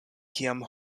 kiam